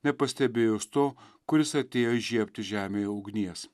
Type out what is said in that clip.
nepastebėjus to kuris atėjo įžiebti žemėje ugnies